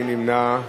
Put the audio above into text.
מי נמנע?